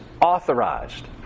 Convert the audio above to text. authorized